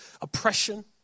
oppression